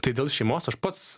tai dėl šeimos aš pats